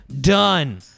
Done